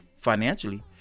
financially